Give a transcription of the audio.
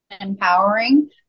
empowering